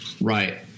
right